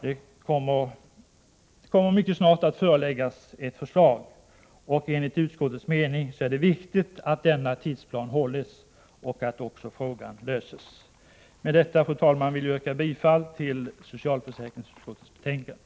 Det kommer alltså mycket snart att föreläggas oss ett förslag, och enligt utskottets mening är det viktigt att denna tidplan hålls och att frågan löses. Fru talman! Med detta ber jag att få yrka bifall till socialförsäkringsutskottets hemställan.